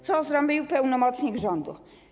Co zrobił pełnomocnik rządu?